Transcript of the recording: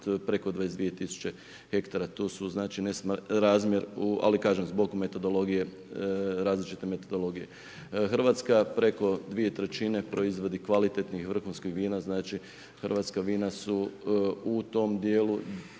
preko 22 tisuće hektara. Tu su znači razmjer, ali kažem zbog metodologije različite metodologije. Hrvatska preko 2/3 proizvodi kvalitetnih vrhunski vina znači, hrvatska vina su u tom dijelu